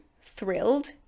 thrilled